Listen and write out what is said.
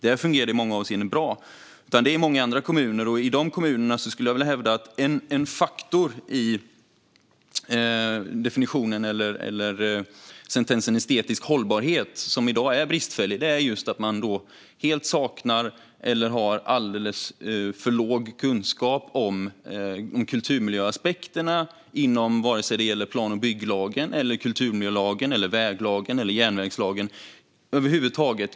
Där fungerar det i många avseenden bra. Där det brister är i kommuner där man saknar eller har alldeles för låg kunskap om kulturmiljöaspekterna. Det kan handla om plan och bygglagen, kulturmiljölagen, väglagen eller järnvägslagen.